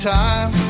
time